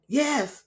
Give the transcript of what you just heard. yes